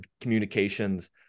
communications